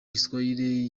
igiswahili